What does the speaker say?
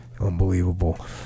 Unbelievable